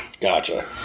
Gotcha